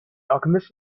alchemist